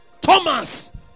Thomas